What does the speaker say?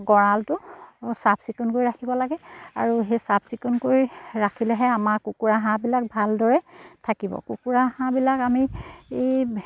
গঁৰালটো চাফ চিকুণ কৰি ৰাখিব লাগে আৰু সেই চাফ চিকুণ কৰি ৰাখিলেহে আমাৰ কুকুৰা হাঁহবিলাক ভালদৰে থাকিব কুকুৰা হাঁহবিলাক আমি